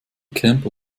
camper